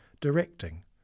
directing